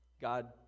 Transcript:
God